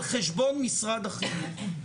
על חשבון משרד החינוך,